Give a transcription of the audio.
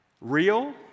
real